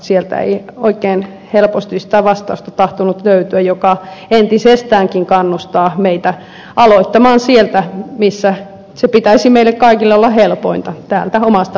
sieltä ei oikein helposti sitä vastausta tahtonut löytyä mikä entisestäänkin kannustaa meitä aloittamaan sieltä missä sen pitäisi meille kaikille olla helpointa täältä omasta pesästä